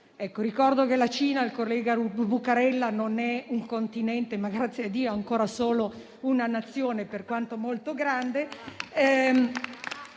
Ricordo che la Cina - collega Buccarella - non è un continente, ma - grazie a Dio - ancora solo una Nazione, per quanto molto grande.